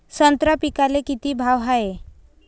संत्रा पिकाले किती भाव हाये?